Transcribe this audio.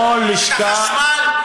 את החשמל,